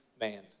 man